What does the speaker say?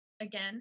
again